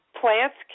plants